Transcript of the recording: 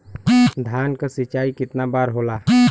धान क सिंचाई कितना बार होला?